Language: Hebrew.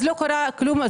אז לא קרה כלום,